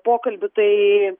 pokalbių tai